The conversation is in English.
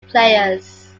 players